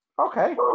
Okay